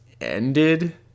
ended